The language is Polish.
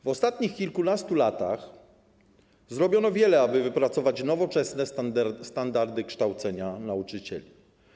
W ostatnich kilkunastu latach zrobiono wiele, aby wypracować nowoczesne standardy kształcenia nauczycieli.